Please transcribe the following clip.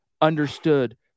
understood